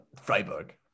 Freiburg